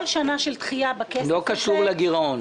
שנה של דחייה --- זה לא קשור לגירעון.